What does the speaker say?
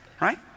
Right